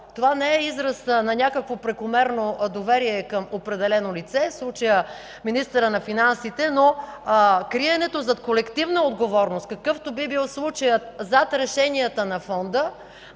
Това не е израз на някакво прекомерно доверие към определено лице, в случая министъра на финансите, но криенето зад колективна отговорност, какъвто би бил случаят зад решенията на Фонда,